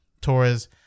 Torres